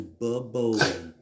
bubble